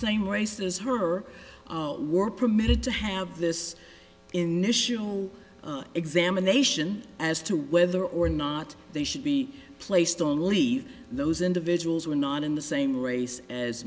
same race as her were permitted to have this initial examination as to whether or not they should be placed on leave those individuals were not in the same race as